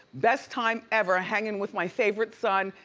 best time ever hanging with my favorite son,